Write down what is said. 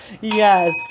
yes